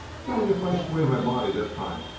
tell me if i sway my body this time.